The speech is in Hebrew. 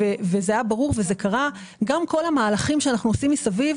גם כל המהלכים שאנחנו עושים מסביב,